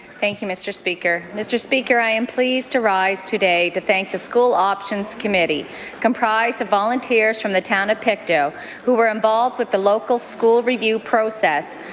thank you, mr. speaker. mr. speaker, i am pleased to rise today to thank the school options committee comprised of volunteers from the town of pictou who were involved with the local school review process,